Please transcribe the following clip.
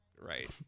Right